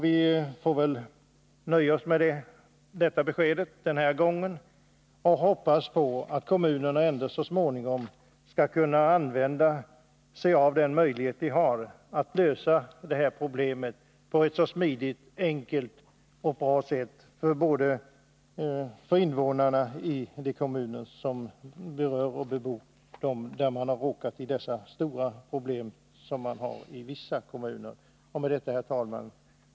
Vi får väl för tillfället nöja oss med detta besked och hoppas, att kommunerna så småningom skall kunna använda de möjligheter de har att lösa detta problem på ett smidigt, enkelt och bra sätt för invånarna i de kommuner där man råkat få de stora problem som förekommer på vissa håll. Herr talman!